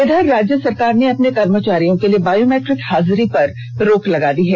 इधर राज्य सरकार ने अपने कर्मचारियों के लिए बायोमेट्रिक हाजिरी पर रोक लगा दी है